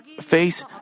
face